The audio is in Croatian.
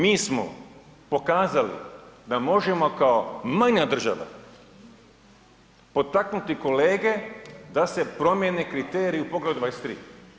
Mi smo pokazali da možemo kao manja država potaknuti kolege da se promjene kriteriji u poglavlju 23.